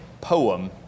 poem